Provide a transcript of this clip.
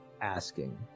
asking